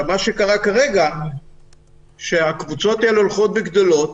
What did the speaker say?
מה שקרה עכשיו הוא שהקבוצות האלה הולכות וגדלות,